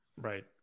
Right